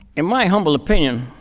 in my humble opinion,